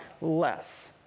less